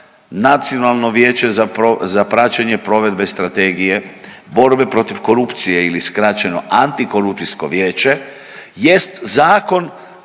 Nacionalno vijeće za praćenje provedbe Strategije borbe protiv korupcije ili skraćeno Antikorupcijsko vijeće